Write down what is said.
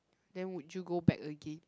then would you go back again